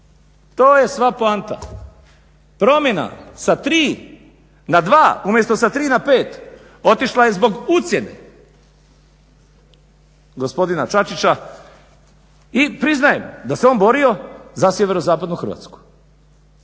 To je sva poanta. Promjena sa tri na dva umjesto sa tri na pet otišla je zbog ucjene gospodina Čačića i priznajem da se on borio za SZ Hrvatsku